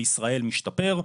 בישראל משתפר,